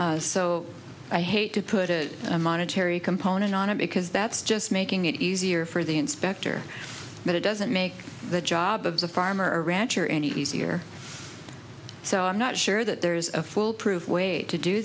money so i hate to put it a monetary component on it because that's just making it easier for the inspector but it doesn't make the job of the farmer a rancher any easier so i'm not sure that there's a foolproof way to do